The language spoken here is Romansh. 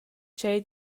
tgei